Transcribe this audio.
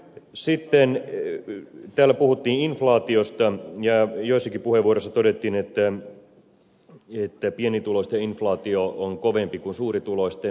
sitten täällä puhuttiin inflaatiosta ja joissakin puheenvuoroissa todettiin että pienituloisten inflaatio on kovempi kuin suurituloisten